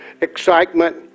excitement